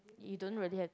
you don't really have